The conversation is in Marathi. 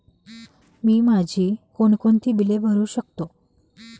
मी माझी कोणकोणती बिले भरू शकतो?